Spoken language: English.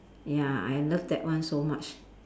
ya I love that one so much